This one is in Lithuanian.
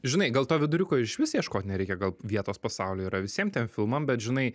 žinai gal to viduriuko išvis ieškot nereikia gal vietos pasauly yra visiem tiem filmam bet žinai